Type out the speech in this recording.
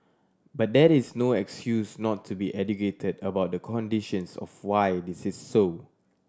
but that is no excuse not to be educated about the conditions of why this is so